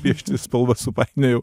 piešti spalvas supainiojau